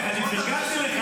אלי, להפך, אני פרגנתי לך.